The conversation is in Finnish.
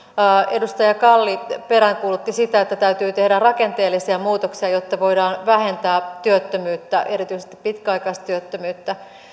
edustaja kalli peräänkuulutti sitä että täytyy tehdä rakenteellisia muutoksia jotta voidaan vähentää työttömyyttä erityisesti pitkäaikaistyöttömyyttä